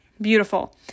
beautiful